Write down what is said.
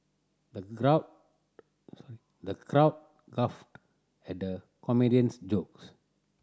the crowd the crowd guffawed at the comedian's jokes